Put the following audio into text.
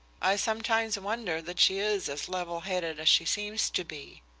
i sometimes wonder that she is as level-headed as she seems to be.